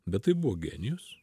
bet tai buvo genijus